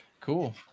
Cool